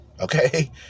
Okay